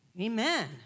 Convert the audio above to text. Amen